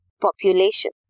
population